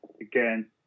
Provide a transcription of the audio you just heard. again